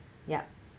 yup